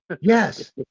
yes